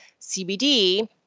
CBD